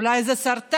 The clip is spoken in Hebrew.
אולי זה סרטן?